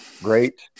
great